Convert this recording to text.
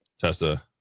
Tessa